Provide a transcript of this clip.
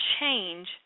change